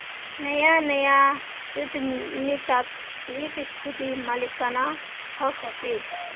नया नया उद्दमितात एक खुदी मालिकाना हक़ होचे